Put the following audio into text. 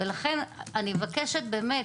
לכן אני מבקשת באמת,